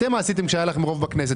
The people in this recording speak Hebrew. זה מה שאתם עשיתם כשהיה לכם רוב בכנסת.